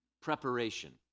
preparation